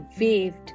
waved